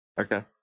Okay